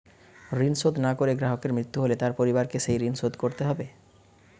ঋণ শোধ না করে গ্রাহকের মৃত্যু হলে তার পরিবারকে সেই ঋণ শোধ করতে হবে?